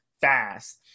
fast